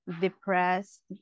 depressed